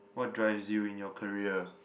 what drives you in your career